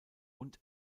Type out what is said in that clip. und